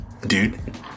Dude